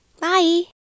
Bye